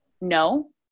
No